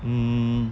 um